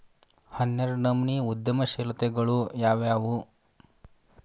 ಹನ್ನೆರ್ಡ್ನನಮ್ನಿ ಉದ್ಯಮಶೇಲತೆಗಳು ಯಾವ್ಯಾವು